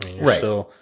Right